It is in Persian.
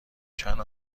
چند